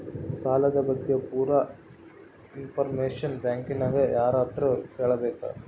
ಸಾಲದ ಬಗ್ಗೆ ಪೂರ ಇಂಫಾರ್ಮೇಷನ ಬ್ಯಾಂಕಿನ್ಯಾಗ ಯಾರತ್ರ ಕೇಳಬೇಕು?